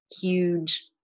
huge